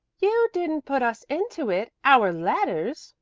you didn't put us into it our letters!